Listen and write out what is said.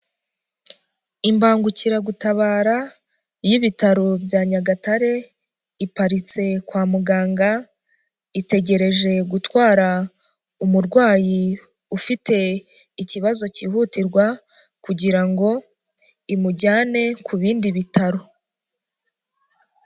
Imbangukiragutabara y'ibitaro bya Nyagatare iparitse kwa muganga itegereje gutwara umurwayi ufite ikibazo cyihutirwa kugira ngo imujyane ku bindi bitaro.